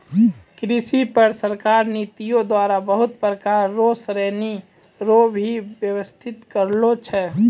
कृषि पर सरकारी नीतियो द्वारा बहुत प्रकार रो ऋण रो भी वेवस्था करलो छै